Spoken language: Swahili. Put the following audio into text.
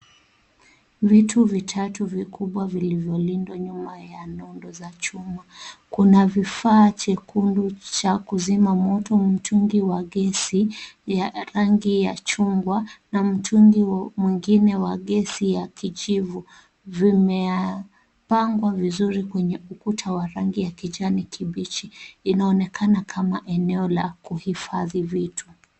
Vitu vitatu vikubwa vilivyolindwa nyuma ya nondo za chuma. Kuna vifaa vyekundu vya kizima moto na mtungi wa gesi ya rangi ya chungwa na mtungi mwingine wa gesi ya kijivu. Vimepangwa vizuri kwenye ukuta wa rangi ya kijani kibichi. Inaonekana kama eneo la kuhifadhi vitu.